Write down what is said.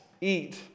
eat